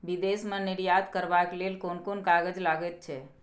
विदेश मे निर्यात करबाक लेल कोन कोन कागज लगैत छै